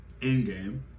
Endgame